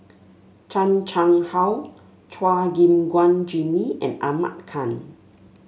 Chan Chang How Chua Gim Guan Jimmy and Ahmad Khan